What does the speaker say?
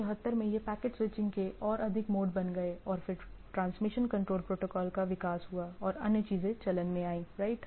1974 में ये packet switching के और अधिक मोड बन गए और फिर ट्रांसमिशन कंट्रोल प्रोटोकॉल का विकास हुआ और अन्य चीजें चलन में आईं राइट